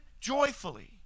joyfully